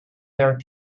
their